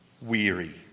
weary